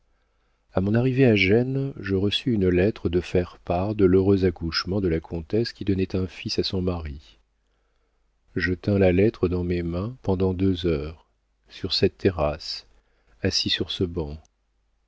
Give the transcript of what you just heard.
a mon arrivée à gênes je reçus une lettre de faire part de l'heureux accouchement de la comtesse qui donnait un fils à son mari je tins la lettre dans mes mains pendant deux heures sur cette terrasse assis sur ce banc